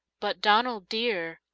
but, donald, dear,